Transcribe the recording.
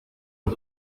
los